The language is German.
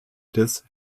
des